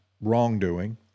wrongdoing